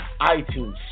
iTunes